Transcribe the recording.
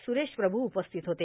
सुरेश प्रभू उपस्थित होते